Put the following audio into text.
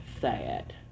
sad